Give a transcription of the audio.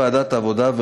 לוועדת העבודה,